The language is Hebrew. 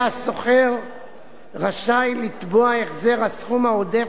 יהיה השוכר רשאי לתבוע החזר הסכום העודף